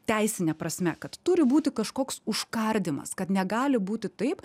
teisine prasme kad turi būti kažkoks užkardymas kad negali būti taip